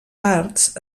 parts